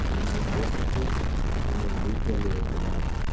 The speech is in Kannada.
ಒಂದೊಂದು ವರ್ಷಕ್ಕೂ ಒಂದೊಂದು ರೀತಿಯಲ್ಲಿ ಇರುತ್ತೆ ಗಣೇಶ